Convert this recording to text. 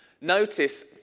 Notice